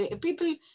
people